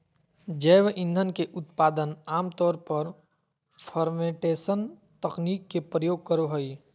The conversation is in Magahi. जैव ईंधन के उत्पादन आम तौर पर फ़र्मेंटेशन तकनीक के प्रयोग करो हइ